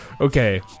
Okay